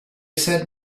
said